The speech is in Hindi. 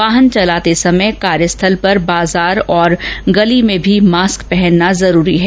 वाहन चलाते समय कार्यस्थल पर बाजार और गली में भी मास्क पहनना जरूरी है